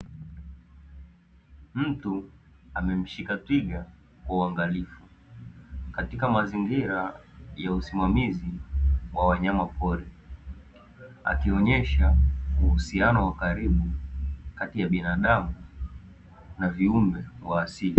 Mtu amemshika twiga kwa uangalifu, katika mazingira ya usimamizi wa wanyama pori, akionyesha uhusiano wa karibu kati ya binadamu na viumbe wa asili.